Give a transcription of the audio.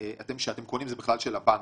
שאתם קונים הוא בכלל של הבנקים.